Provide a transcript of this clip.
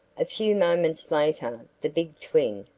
a few moments later the big twin,